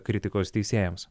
kritikos teisėjams